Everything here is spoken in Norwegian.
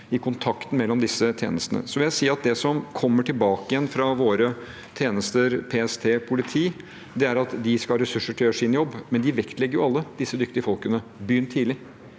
i kontakten mellom disse tjenestene. Så vil jeg si at det som kommer tilbake fra våre tjenester, PST og politi, er at de skal ha ressurser til å gjøre sin jobb, men det alle disse dyktige folkene vektlegger,